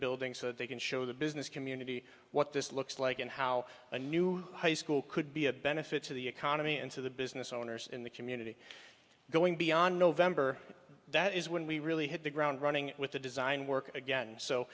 building so they can show the business community what this looks like and how a new high school could be a benefit to the economy and to the business owners in the community going beyond november that is when we really hit the ground running with the design work again so